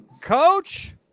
Coach